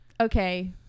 okay